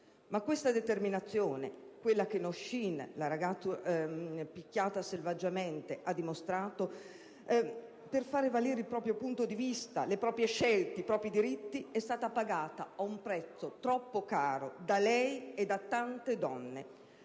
Ma questa determinazione, quella che Nosheen (la ragazza picchiata selvaggiamente) ha dimostrato per far valere il proprio punto di vista, le proprie scelte, i propri diritti è stata pagata ad un prezzo troppo caro da lei e da tante donne.